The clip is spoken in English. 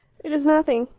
it is nothing.